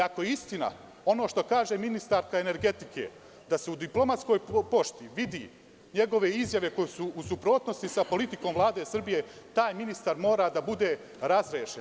Ako je istina ono što kaže ministarka energetike, da se u diplomatskoj pošti vide njegove izjave koje su u suprotnosti sa politikom Vlade Srbije, taj ministar mora da bude razrešen.